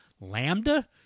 Lambda